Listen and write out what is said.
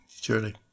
Surely